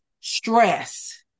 stress